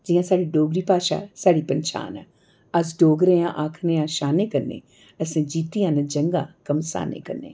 जियां साढ़ी डोगरी भाशा साढ़ी पंछान ऐ अस डोगरे आंं आक्खने हा शानै कन्नै असें जित्तियां ना जंगा घमसानै कन्नै